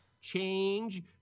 change